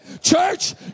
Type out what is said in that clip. Church